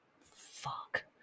fuck